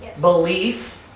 Belief